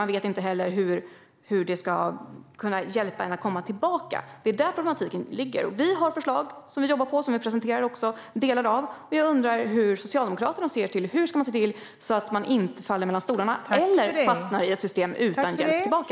Man vet inte heller hur systemet ska hjälpa en att komma tillbaka. Det är där som problematiken ligger. Vi har förslag som vi jobbar på och som vi presenterar delar av. Jag undrar hur Socialdemokraterna ser på hur man ska se till att personer inte faller mellan stolarna eller fastnar i ett system utan hjälp tillbaka.